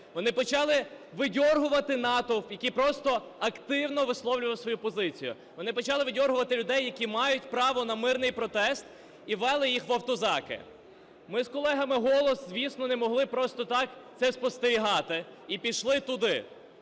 Вони почали видьоргувати натовп, які просто активно висловлювали свою позицію, вони почали видьоргувати людей, які мають право на мирний протест, і вели їх в автозаки. Ми з колегами "Голос", звісно, не могли просто так це спостерігати і пішли туди.